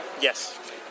Yes